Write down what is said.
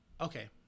Okay